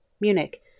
Munich